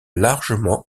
largement